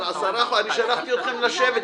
אבל אני שלחתי אתכם לשבת על זה.